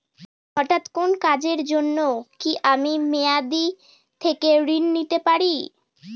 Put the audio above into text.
হঠাৎ কোন কাজের জন্য কি আমি মেয়াদী থেকে ঋণ নিতে পারি?